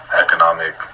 economic